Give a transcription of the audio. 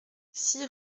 six